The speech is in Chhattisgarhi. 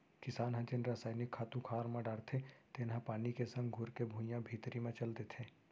किसान ह जेन रसायनिक खातू खार म डारथे तेन ह पानी के संग घुरके भुइयां भीतरी म चल देथे